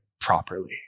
properly